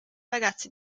ragazzi